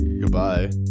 Goodbye